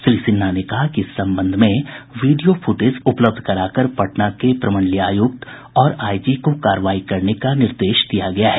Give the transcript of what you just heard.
श्री सिन्हा ने कहा कि इस संबंध में वीडियो फुटेज उपलब्ध कराकर पटना के प्रमंडलीय आयुक्त और आईजी को कार्रवाई करने का निर्देश दिया गया है